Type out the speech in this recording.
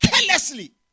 carelessly